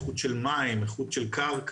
איכות של מים וקרקע,